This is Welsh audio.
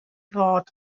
fod